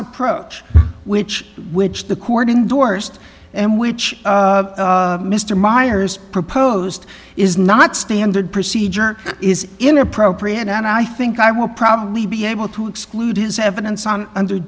approach which which the court indorsed and which mr meyers proposed is not standard procedure is inappropriate and i think i will probably be able to exclude this evidence on under